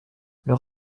leur